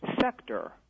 sector